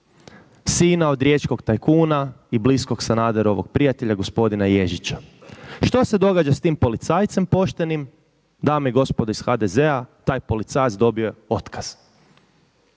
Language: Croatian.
sina od riječkog tajkuna i bliskog Sanaderovog prijatelja gospodin Ježića. Što se događa s tim policajcem poštenim? Dame i gospodo iz HDZ-a taj policajac dobio je otkaz.